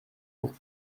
pour